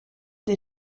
des